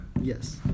Yes